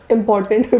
important